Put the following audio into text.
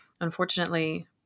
Unfortunately